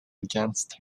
against